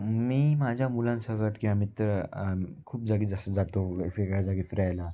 मी माझ्या मुलांसोबत किंवा मित्र खूप जागी जास्त जातो वेगवेगळ्या जागी फिरायला